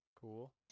Cool